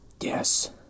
Yes